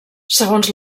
segons